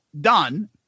done